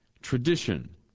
tradition